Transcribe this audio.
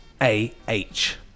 A-H